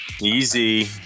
Easy